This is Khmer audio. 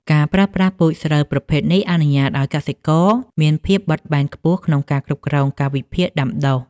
ការប្រើប្រាស់ពូជស្រូវប្រភេទនេះអនុញ្ញាតឱ្យកសិករមានភាពបត់បែនខ្ពស់ក្នុងការគ្រប់គ្រងកាលវិភាគដាំដុះ។